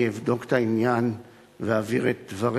אני אבדוק את העניין ואעביר את דבריך,